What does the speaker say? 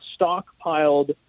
stockpiled